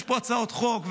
יש פה הצעות חוק,